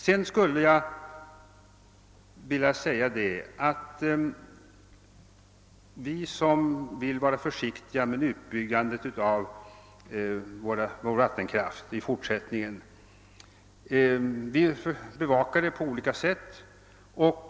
Vidare skulle jag vilja säga att vi som i fortsättningen vill vara återhållsamma i fråga om fortsatt utbyggande av vår vattenkraft vill bevaka detta på olika sätt.